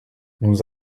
nous